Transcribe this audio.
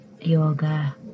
yoga